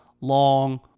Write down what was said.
long